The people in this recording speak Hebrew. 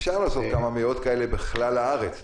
אפשר לעשות כמה מאות כאלה בכלל לארץ,